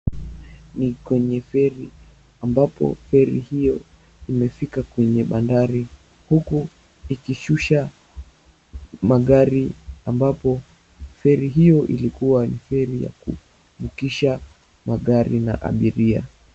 Ni kwenye feri, ambapo feri hiyo imefika kwenye bandari, huku ikishusha magari ambapo feri hiyo ilikuwa ni feri ya kuvukisha magari na abiria.